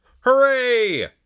Hooray